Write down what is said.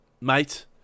mate